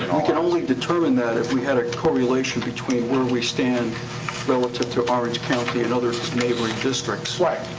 we can only determine that if we had a correlation between where we stand relative to orange county and other neighboring districts. why?